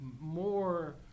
more